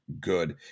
good